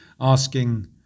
asking